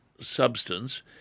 substance